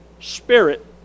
spirit